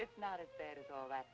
it's not as bad as all that